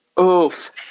Oof